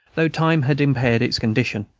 though time had impaired its condition.